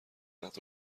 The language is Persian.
عقد